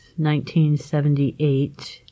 1978